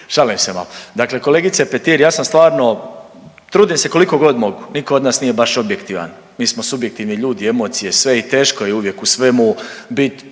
šalim se malo. Dakle, kolegice Petir ja sam stvarno, trudim se koliko god mogu, nitko od nas nije baš objektivan. Mi smo subjektivni ljudi, emocije sve i teško je uvijek u svemu biti